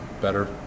better